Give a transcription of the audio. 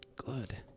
Good